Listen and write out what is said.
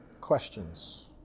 questions